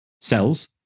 cells